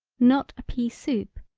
not a pea soup,